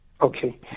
Okay